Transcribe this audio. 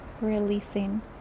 releasing